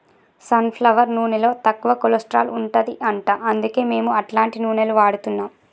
sun flower నూనెలో తక్కువ cholesterol ఉంటది అంట అందుకే మేము అట్లాంటి నూనెలు వాడుతున్నాం